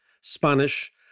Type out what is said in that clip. Spanish